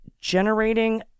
generating